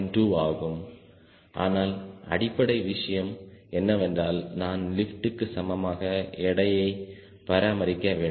2 ஆகும் ஆனால் அடிப்படை விஷயம் என்னவென்றால் நான் லிப்ட்க்கு சமமாக எடையை பராமரிக்க வேண்டும்